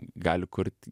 gali kurt